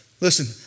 Listen